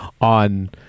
on